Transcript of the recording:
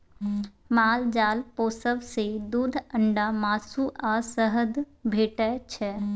माल जाल पोसब सँ दुध, अंडा, मासु आ शहद भेटै छै